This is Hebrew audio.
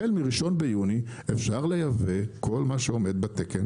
החל מה-1 ביוני אפשר לייבא כל מה שעובד בתקן